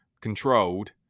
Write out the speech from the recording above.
controlled